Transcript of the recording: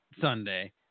Sunday